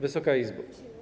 Wysoka Izbo!